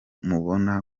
mubona